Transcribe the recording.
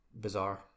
bizarre